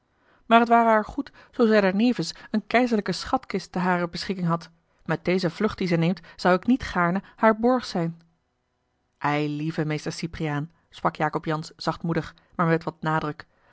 maar t ware haar goed zoo zij daarnevens eene keizerlijke schatkist te harer beschikking had met deze vlucht die ze neemt zou ik niet gaarne haar borg zijn eilieve meester cypriaan sprak jacob jansz zachtmoedig maar met wat nadruk